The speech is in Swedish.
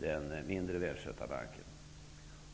den mindre välskötta banken.